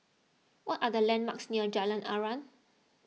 what are the landmarks near Jalan Aruan